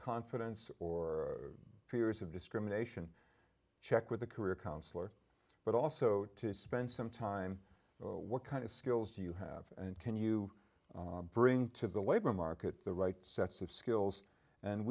confidence or fears of discrimination check with a career counselor but also to spend some time what kind of skills do you have and can you bring to the labor market the right sets of skills